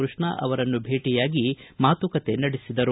ಕೃಷ್ಣ ಅವರನ್ನು ಭೇಟಿಯಾಗಿ ಮಾತುಕತೆ ನಡೆಸಿದರು